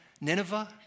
Nineveh